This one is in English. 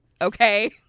Okay